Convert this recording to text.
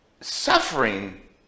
suffering